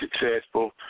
successful